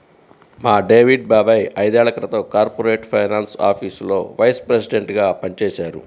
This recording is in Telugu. మా డేవిడ్ బాబాయ్ ఐదేళ్ళ క్రితం కార్పొరేట్ ఫైనాన్స్ ఆఫీసులో వైస్ ప్రెసిడెంట్గా పనిజేశారు